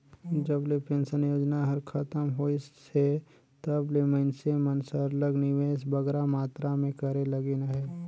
जब ले पेंसन योजना हर खतम होइस हे तब ले मइनसे मन सरलग निवेस बगरा मातरा में करे लगिन अहे